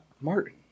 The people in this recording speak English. Martin